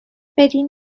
بدین